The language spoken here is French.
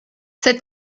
cette